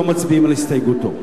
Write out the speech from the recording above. לא מצביעים על הסתייגותו.